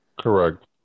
correct